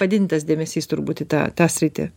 padidintas dėmesys turbūt į tą tą sritį